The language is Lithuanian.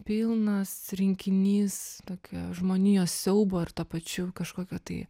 pilnas rinkinys tokio žmonijos siaubo ir tuo pačiu kažkokio tai